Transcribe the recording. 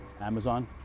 Amazon